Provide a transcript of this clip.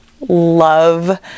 love